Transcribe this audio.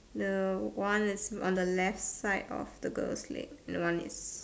the one is on the left side of the girls leg and one is